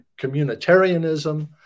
communitarianism